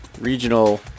regional